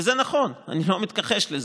וזה נכון, אני לא מתכחש לזה,